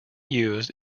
used